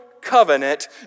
covenant